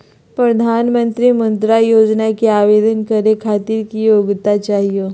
प्रधानमंत्री मुद्रा योजना के आवेदन करै खातिर की योग्यता चाहियो?